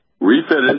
refitted